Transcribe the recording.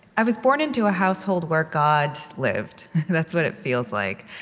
i was born into a household where god lived. that's what it feels like.